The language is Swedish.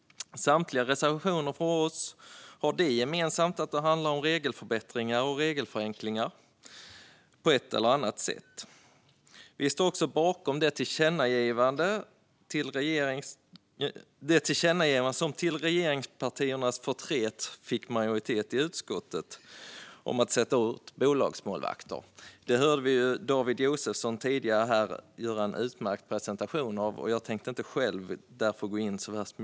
Samtliga våra reservationer har det gemensamt att de handlar om regelförbättringar och regelförenklingar på ett eller annat sätt. Vi står också bakom tillkännagivandet om att komma åt bolagsmålvakter, som till regeringspartiernas förtret fick majoritet i utskottet. Detta gjorde David Josefsson en utmärkt presentation av, så jag tänker inte gå in på det.